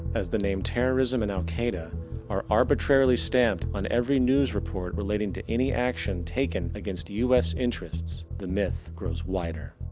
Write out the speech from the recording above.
as the name terrorism and al qaida are arbitrarilly stamped on every news report relating to any action taken against us interests the myth grows wider.